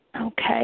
Okay